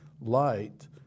light